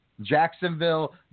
Jacksonville